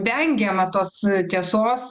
vengiama tos tiesos